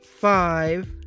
five